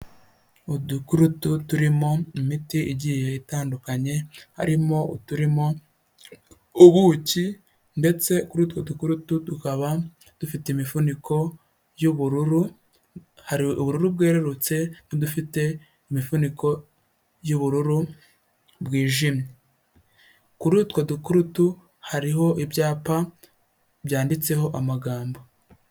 Udukurutu turimo imiti igiye itandukanye, harimo uturimo ubuki ndetse kuri utwo dukurutu tukaba dufite imifuniko y'ubururu, hari ubururu bwerurutse n'udufite imifuniko y'ubururu bwijimye, Kuri utwo dukurutu hariho ibyapa byanditseho amagambo.